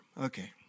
Okay